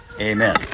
Amen